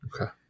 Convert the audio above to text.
okay